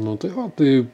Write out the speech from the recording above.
nu tai va tai